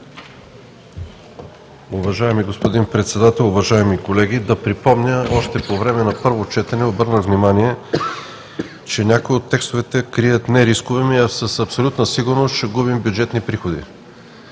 Уважаеми господин Председател, уважаеми колеги! Да припомня, че още по време на първото четене обърнах внимание, че някои от текстовете крият не рискове, а със абсолютна сигурност ще губим бюджетни приходи.